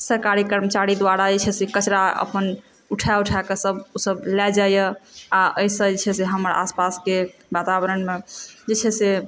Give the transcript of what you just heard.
सरकारी कर्मचारी द्वारा जे छै से कचड़ा अपन उठा उठाकऽ सब लए जाइए आओर एहिसँ जे छै हमर आसपासके वातावरणमे जे छै से